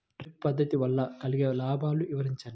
Drip పద్దతి వల్ల కలిగే లాభాలు వివరించండి?